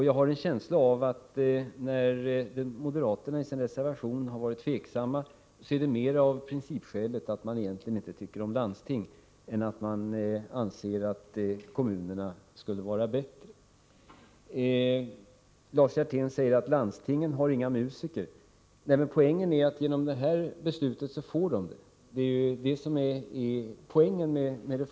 Jag har en känsla av att moderaterna är tveksamma, vilket framgår av deras reservation, mera av principskälet att de inte tycker om landsting, än därför att de anser att kommunerna skulle vara bättre. Lars Hjertén säger att landstingen inte har några musiker. Poängen med denna reform är att de får musiker.